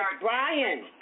Brian